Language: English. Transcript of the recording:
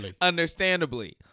understandably